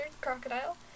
crocodile